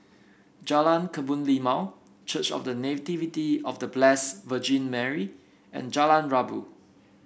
Jalan Kebun Limau Church of The Nativity of The Blessed Virgin Mary and Jalan Rabu